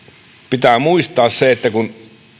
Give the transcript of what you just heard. pitää muistaa se että